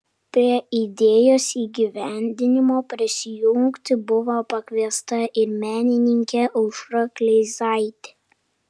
prie idėjos įgyvendinimo prisijungti buvo pakviesta ir menininkė aušra kleizaitė